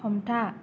हमथा